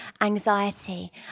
anxiety